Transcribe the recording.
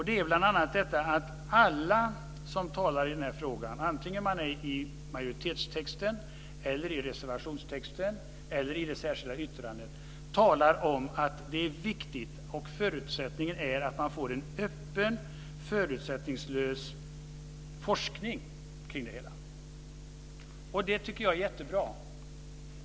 Det är bl.a. detta att alla som talar i den här frågan, antingen i majoritetstexten, i reservationstexten eller i det särskilda yttrandet, säger att detta är viktigt och att förutsättningen är att man får en öppen och förutsättningslös forskning kring det hela. Det tycker jag är jättebra.